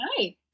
Hi